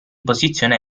posizione